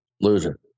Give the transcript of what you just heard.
Loser